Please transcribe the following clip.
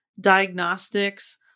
diagnostics